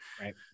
Right